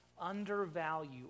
undervalue